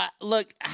Look